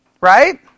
Right